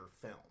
film